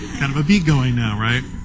kind of a beat going now, right?